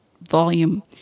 volume